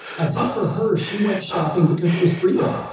i think for her, she went shopping because it was freedom.